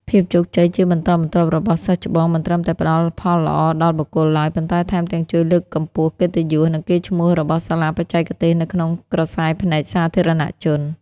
ភាពជោគជ័យជាបន្តបន្ទាប់របស់សិស្សច្បង មិនត្រឹមតែផ្ដល់ផលល្អដល់បុគ្គលឡើយ ប៉ុន្តែថែមទាំងជួយលើកកម្ពស់កិត្តិយស និងកេរ្តិ៍ឈ្មោះរបស់សាលាបច្ចេកទេសនៅក្នុងក្រសែភ្នែកសាធារណជន។